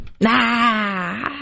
Nah